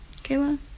Kayla